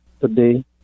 today